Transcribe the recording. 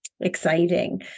exciting